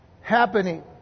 happening